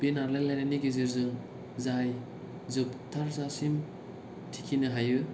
बे नारलायलायनायनि गेजेरजों जाय जोबथाजासिम थिखिनो हायो